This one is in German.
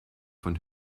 von